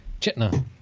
Chitna